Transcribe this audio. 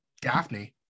Daphne